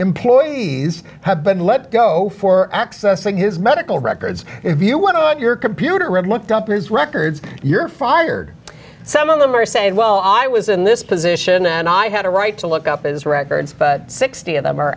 employees have been let go for accessing his medical records if you want to and your computer room looked up his records you're fired some of them are saying well i was in this position and i had a right to look up as records but sixty of them are